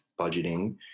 budgeting